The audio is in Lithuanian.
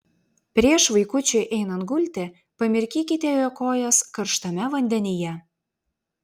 prieš vaikučiui einant gulti pamirkykite jo kojas karštame vandenyje